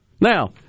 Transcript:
Now